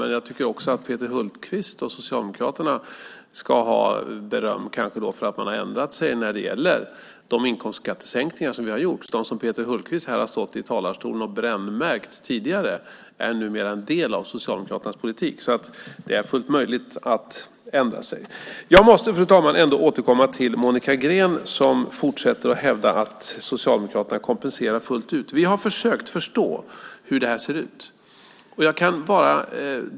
Men jag tycker att Peter Hultqvist och Socialdemokraterna ska ha beröm för att de ändrat sig när det gäller de inkomstskattesänkningar som vi har gjort. Det som Peter Hultqvist här i talarstolen tidigare brännmärkt är numera en del av Socialdemokraternas politik. Det är alltså fullt möjligt att ändra sig. Fru talman! Jag måste återkomma till det Monica Green sade. Hon hävdar att Socialdemokraterna kompenserar fullt ut. Vi har försökt förstå hur det ser ut.